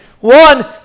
One